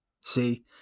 See